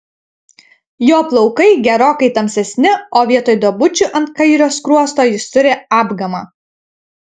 jo plaukai gerokai tamsesni o vietoj duobučių ant kairio skruosto jis turi apgamą